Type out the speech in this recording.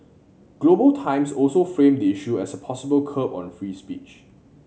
Global Times also framed the issue as a possible curb on free speech